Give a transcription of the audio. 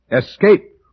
Escape